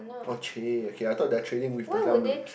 oh !chey! okay I thought they are trading with the some like